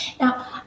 Now